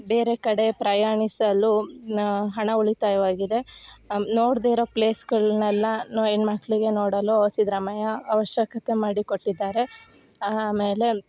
ಬೇರೆ ಕಡೆ ಪ್ರಯಾಣಿಸಲು ನ ಹಣ ಉಳಿತಾಯವಾಗಿದೆ ನೋಡದೆ ಇರೋ ಪ್ಲೇಸ್ಗಳನ್ನೆಲ್ಲ ನ ಹೆಣ್ಣು ಮಕ್ಕಳಿಗೆ ನೋಡಲು ಸಿದ್ಧರಾಮಯ್ಯ ಅವಶ್ಯಕತೆ ಮಾಡಿ ಕೊಟ್ಟಿದ್ದಾರೆ ಆಮೇಲೆ